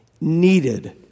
needed